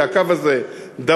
כי הקו הזה דרוש.